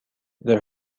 there